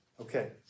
Okay